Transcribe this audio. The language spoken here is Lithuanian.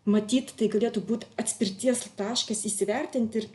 matyt tai galėtų būti atspirties taškas įsivertinti ir